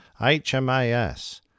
HMAS